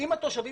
עם התושבים,